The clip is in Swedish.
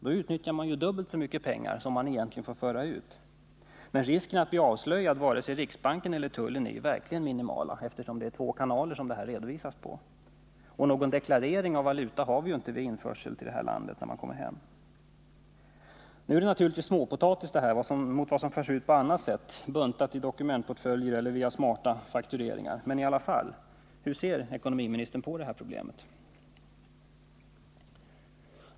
Då utnyttjar man ju dubbelt så mycket pengar som man egentligen får föra ut. Risken att bli avslöjad antingen av riksbanken eller av tullen är verkligen minimal eftersom redovisningen sker via två kanaler. Vi behöver ju inte när vi kommer hem från utlandet deklarera införsel av valuta. Det här är naturligtvis småpotatis jämfört med vad som förs ut på annat sätt, buntat i dokumentportföljer eller via smarta faktureringar — men i alla fall. Hur ser då ekonomiministern på det här problemet?